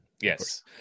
Yes